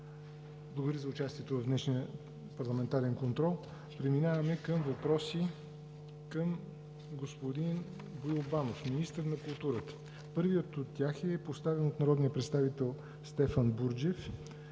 за участието Ви в днешния парламентарен контрол. Преминаваме към въпроси към господин Боил Банов – министър на културата. Първият от тях е поставен от народния представител Стефан Бурджев